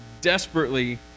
desperately